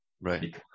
Right